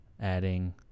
adding